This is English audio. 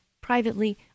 privately